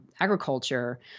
agriculture